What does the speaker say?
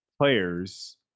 players